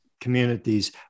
communities